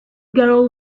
girl